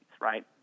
right